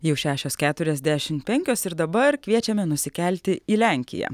jau šešios keturiasdešimt penkios ir dabar kviečiame nusikelti į lenkiją